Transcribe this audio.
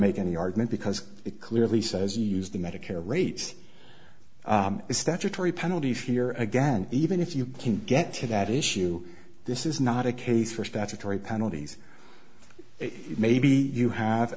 make any argument because it clearly says you use the medicare rates statutory penalties here again even if you can't get to that issue this is not a case for statutory penalties maybe you have